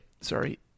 Sorry